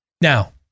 Now